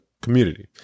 community